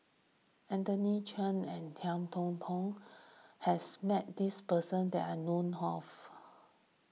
Anthony Chen and Ngiam Tong Dow has met this person that I know of